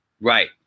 Right